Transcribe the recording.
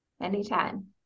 Anytime